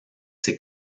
ses